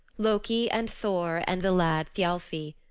loki and thor and the lad thialfi.